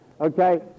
Okay